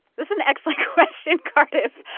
that's an excellent question, cardiff.